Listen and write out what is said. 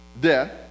death